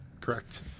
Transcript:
Correct